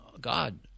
God